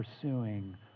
pursuing